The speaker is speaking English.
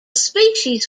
species